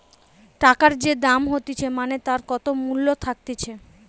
টাকার যে দাম হতিছে মানে তার কত মূল্য থাকতিছে